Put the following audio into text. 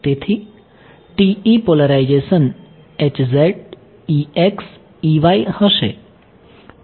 તેથી TE polarisation હશે